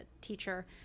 teacher